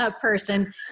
person